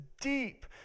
deep